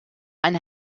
eine